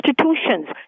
institutions